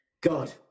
God